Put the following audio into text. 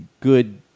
good